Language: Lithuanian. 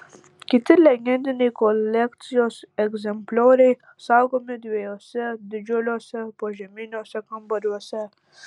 kiti legendiniai kolekcijos egzemplioriai saugomi dviejuose didžiuliuose požeminiuose kambariuose